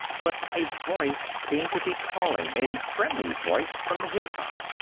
but a voice seemed to be calling, a friendly voice from the hilltop.